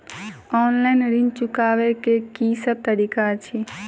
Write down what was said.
Online ऋण चुकाबै केँ की सब तरीका अछि?